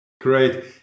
Great